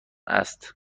است